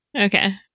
Okay